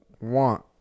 want